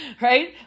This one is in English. right